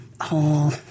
whole